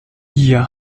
ihr